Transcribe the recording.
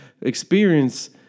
experience